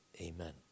Amen